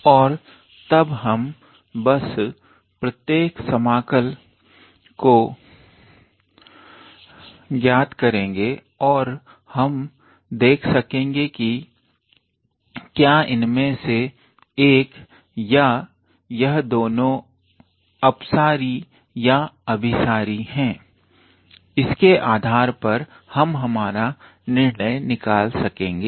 और तब हम बस प्रत्येक समाकल को ज्ञात करेंगे और तब हम देख सकेंगे की क्या इनमें से एक या यह दोनों अपसारी या अभिसारी हैं इसके आधार पर हम हमारा निर्णय निकाल सकेंगे